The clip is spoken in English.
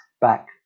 back